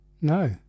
No